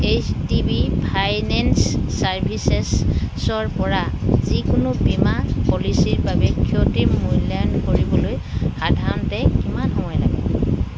H D B finance চাৰ্ভিচেছৰপৰা যিকোনো বীমা পলিচীৰ বাবে ক্ষতিৰ মূল্যায়ন কৰিবলৈ সাধাৰণতে কিমান সময় লাগে